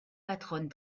patronne